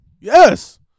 yes